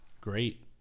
Great